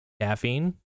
Caffeine